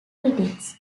critics